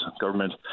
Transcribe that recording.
government